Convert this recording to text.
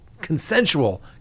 consensual